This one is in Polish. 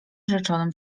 rzeczonym